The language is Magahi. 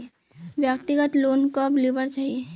व्यक्तिगत लोन कब लुबार चही?